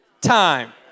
time